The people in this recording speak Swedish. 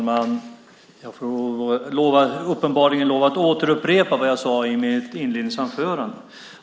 Fru talman! Jag får uppenbarligen upprepa vad jag sade i mitt inledande inlägg.